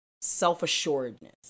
self-assuredness